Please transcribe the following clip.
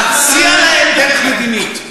להציע להם דרך מדינית.